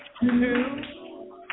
two